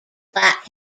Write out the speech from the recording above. black